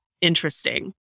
interesting